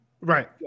Right